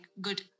good